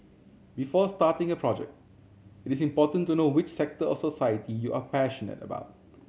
before starting a project it is important to know which sector of society you are passionate about